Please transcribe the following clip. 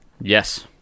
yes